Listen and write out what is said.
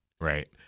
Right